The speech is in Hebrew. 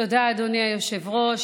תודה, אדוני היושב-ראש.